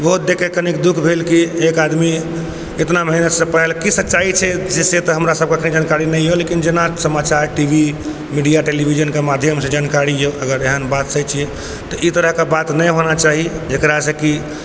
ओहो देखकऽ कनिक दुख भेल कि एक आदमी एतना मेहनतसँ पढ़ेलकै की सच्चाइ छै से तऽ हमरासबके एखनी जानकारी नहि अइ लेकिन जेना समाचार टी वी मीडिया टेलीविजनके माध्यमसँ जानकारी अइ अगर एहन बात सच अइ तऽ ई तरहके बात नहि होना चाही जकरासँ कि